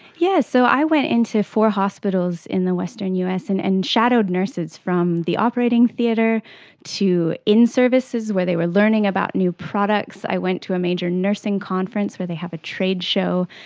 yes, so i went into four hospitals in the western us and and shadowed nurses from the operating theatre to in-services where they were learning about new products. i went to a major nursing conference where they have a trade show.